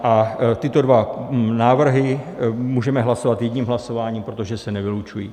A tyto dva návrhy můžeme hlasovat jedním hlasováním, protože se nevylučují.